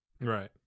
Right